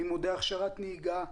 לימודי הכשרת נהיגה,